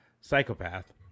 psychopath